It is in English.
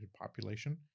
population